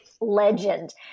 legend